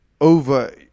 over